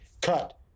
Cut